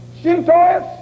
Shintoists